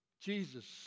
Jesus